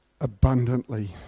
Abundantly